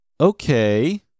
okay